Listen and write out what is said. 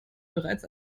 bereits